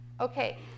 Okay